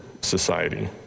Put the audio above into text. society